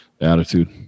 attitude